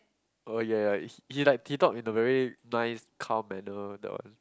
oh ya he like he talk in a very nice calm manner that one